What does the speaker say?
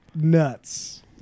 Nuts